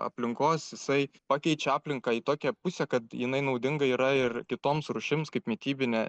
aplinkos jisai pakeičia aplinką į tokią pusę kad jinai naudinga yra ir kitoms rūšims kaip mitybinė